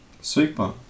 Super